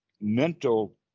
mental